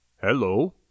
Hello